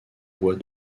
bois